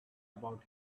about